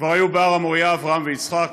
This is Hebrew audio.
כבר היו בהר המוריה אברהם ויצחק,